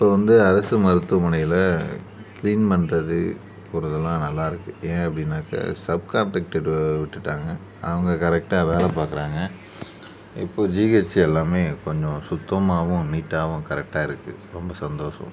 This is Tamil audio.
இப்போ வந்து அரசு மருத்துவமனையில் க்ளீன் பண்ணுறது போவதுலாம் நல்லா இருக்குது ஏன் அப்படின்னாக்கா சப் காண்ட்ரக்ட்டர்கிட்ட விட்டுவிட்டாங்க அவங்க கரெக்டாக வேலை பார்க்குறாங்க இப்போது ஜிஹெச்சு எல்லாமே கொஞ்சம் சுத்தமாகவும் நீட்டாகவும் கரெக்டாக இருக்குது ரொம்ப சந்தோஷம்